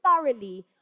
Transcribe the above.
thoroughly